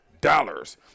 dollars